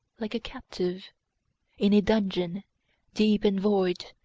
like a captive in a dungeon deep and void,